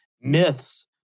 myths